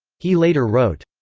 he later wrote.